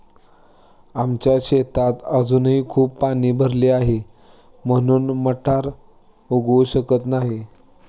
आमच्या शेतात अजूनही खूप पाणी भरले आहे, म्हणून मटार उगवू शकत नाही